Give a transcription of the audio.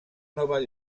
nova